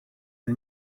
and